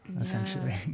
essentially